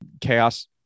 Chaos